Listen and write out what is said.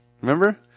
Remember